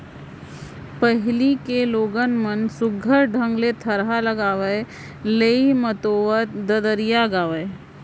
पहिली के लोगन मन सुग्घर ढंग ले थरहा लगावय, लेइ मतोवत ददरिया गावयँ